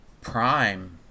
prime